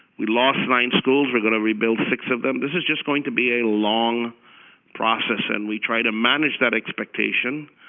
we lost nine schools we're going to rebuild six of them. this is just going to be a long process, and we try to manage that expectation.